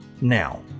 now